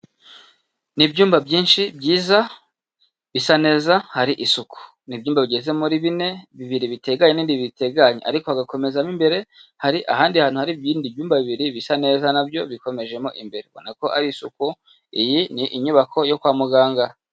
Ni ibyumba byinshi byiza bisa neza hari isuku. Ni ibyumba bigeze muri bine bibiri biteganye n'ibindi bibiri biteganye, ariko agakomezamo imbere hari ahandi hantu hari ibindi byumba bibiri bisa neza nabyo bikomejemo imbere, ubona ko ari isuku iyi ni inyubako yo kwa muganga.